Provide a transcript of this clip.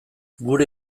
gure